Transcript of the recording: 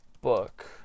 book